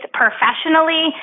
professionally